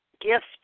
gift